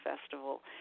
Festival